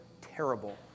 terrible